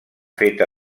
feta